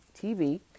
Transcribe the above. TV